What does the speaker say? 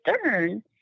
Stern